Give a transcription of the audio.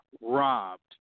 robbed